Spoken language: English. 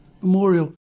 memorial